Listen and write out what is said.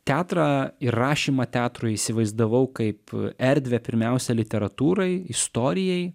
teatrą ir rašymą teatrui įsivaizdavau kaip erdvę pirmiausia literatūrai istorijai